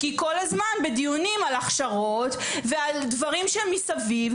כי אנחנו כל הזמן בדיונים על הכשרות ועל דברים שמסביב,